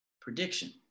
prediction